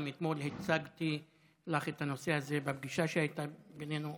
ואתמול גם הצגתי לך את הנושא הזה בפגישה שהייתה בינינו.